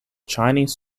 chinese